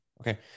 Okay